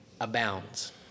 abounds